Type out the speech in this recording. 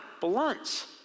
blunts